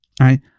right